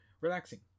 relaxing